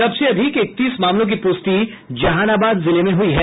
सबसे अधिक इकतीस मामलों की पुष्टि जहानाबाद जिले में हुई है